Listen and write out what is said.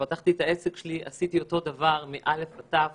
וכשפתחתי את העסק שלי עשיתי הכול מאל"ף ועד ת"ו